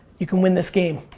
you can win this game.